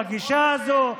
בגישה הזאת,